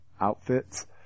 outfits